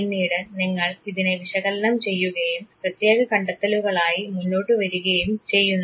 പിന്നീട് നിങ്ങൾ ഇതിനെ വിശകലനം ചെയ്യുകയും പ്രത്യേക കണ്ടെത്തലുകളുമായി മുന്നോട്ടു വരികയും ചെയ്യുന്നു